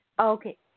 okay